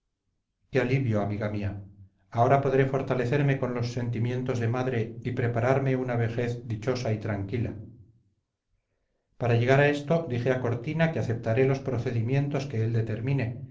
qué alivio amiga mía ahora podré fortalecerme con los sentimientos de madre y prepararme una vejez dichosa y tranquila para llegar a esto dije a cortina que aceptaré los procedimientos que él determine